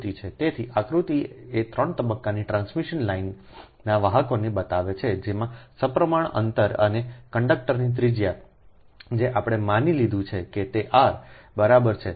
તેથી આકૃતિ એ 3 તબક્કાના ટ્રાન્સમિશન લાઇનના વાહકને બતાવે છે જેમાં સપ્રમાણ અંતર અને કન્ડક્ટરની ત્રિજ્યા જે આપણે માની લીધું છે કે તે r બરાબર છે